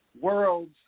World's